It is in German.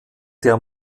der